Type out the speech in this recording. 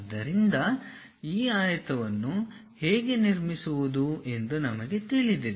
ಆದ್ದರಿಂದ ಆ ಆಯತವನ್ನು ಹೇಗೆ ನಿರ್ಮಿಸುವುದು ಎಂದು ನಮಗೆ ತಿಳಿದಿದೆ